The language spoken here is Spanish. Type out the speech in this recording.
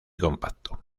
compacto